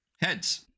heads